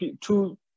two